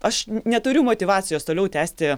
aš neturiu motyvacijos toliau tęsti